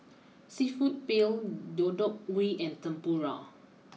Seafood Paella Deodeok Gui and Tempura